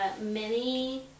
mini